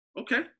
Okay